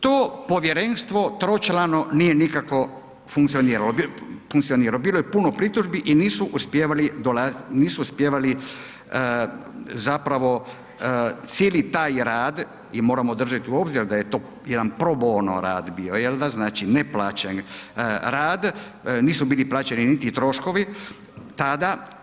To povjerenstvo tročlano nije nikako funkcioniralo, bilo je puno pritužbi i nisu uspijevali zapravo cijeli taj rad jer moramo držati u obzir da je to jedan pro bono rad bio jel da zapravo ne plaćen rad, nisu bili plaćeni niti troškovi tada.